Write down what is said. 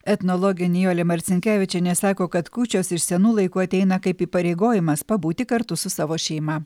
etnologė nijolė marcinkevičienė sako kad kūčios iš senų laikų ateina kaip įpareigojimas pabūti kartu su savo šeima